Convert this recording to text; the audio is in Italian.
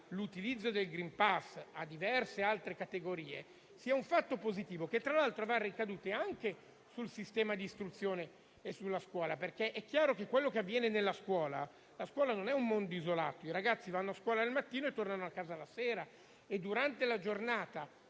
l'utilizzo del *green pass* a diverse altre categorie sia un fatto positivo che tra l'altro avrà ricadute anche sul sistema di istruzione e sulla scuola, perché è chiaro che la scuola non è un mondo isolato: i ragazzi vanno a scuola al mattino e tornano a casa la sera e durante la giornata,